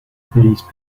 police